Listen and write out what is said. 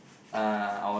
uh our